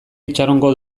itxarongo